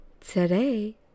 today